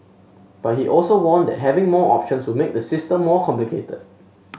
but he also warned that having more options would make the system more complicated